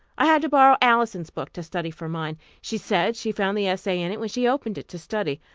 i had to borrow alison's book to study for mine. she said she found the essay in it when she opened it to study.